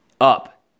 up